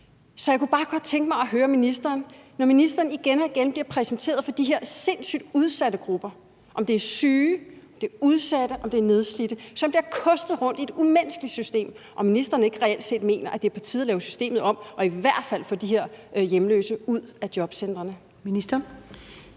Så jeg kunne bare godt tænke mig at høre ministeren: Når ministeren igen og igen bliver præsenteret for de her sindssygt udsatte grupper – om det er syge, udsatte eller nedslidte – som bliver kostet rundt i et umenneskeligt system, mener ministeren så ikke, at det reelt set er på tide at lave systemet om og i hvert fald få de her hjemløse ud af jobcentrene?